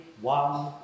one